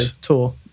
tour